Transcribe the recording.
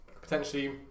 potentially